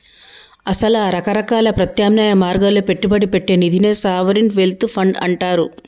అసల రకరకాల ప్రత్యామ్నాయ మార్గాల్లో పెట్టుబడి పెట్టే నిదినే సావరిన్ వెల్త్ ఫండ్ అంటారు